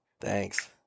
thanks